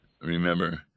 Remember